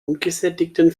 ungesättigten